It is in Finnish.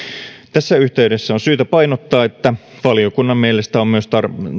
tässä yhteydessä on syytä painottaa että valiokunnan mielestä on myös